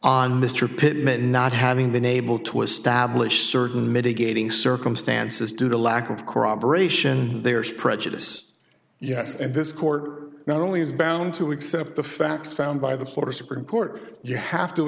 on mr pittman not having been able to establish certain mitigating circumstances due to lack of corroboration there's prejudice yes and this court not only is bound to accept the facts found by the florida supreme court you have to